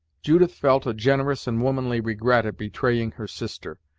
judith felt a generous and womanly regret at betraying her sister,